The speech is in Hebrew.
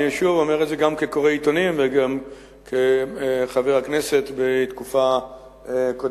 אני שוב אומר את זה גם כקורא עיתונים וגם כחבר הכנסת בתקופה קודמת,